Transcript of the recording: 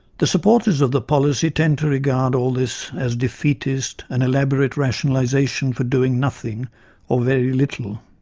the supporters of the policy tend to regard all this as defeatist, an elaborate rationalisation for doing nothing or very little.